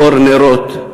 לאור נרות.